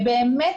באמת,